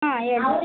ಹಾಂ ಹೇಳ್ರಿ